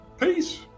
Peace